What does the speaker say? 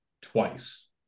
twice